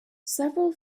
several